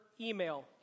email